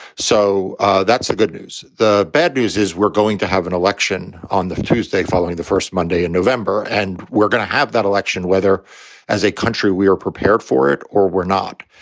so that's the good news. the bad news is we're going to have an election on tuesday following the first monday in november, and we're going to have that election, whether as a country, we are prepared for it or we're not.